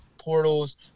portals